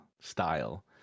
style